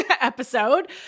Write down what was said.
episode